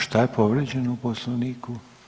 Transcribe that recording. Što je povrijeđeno u Poslovniku?